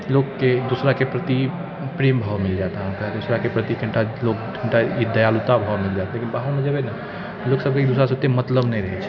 लोकके एक दोसराके प्रति प्रेम भाव मिलत अहाँके एक दोसराके प्रति कनिटा दयालुता भाव मिल जाएत लेकिन बाहरमे जेबै ने लोकसबके एक दोसरासँ ओतेक मतलब नहि रहै छै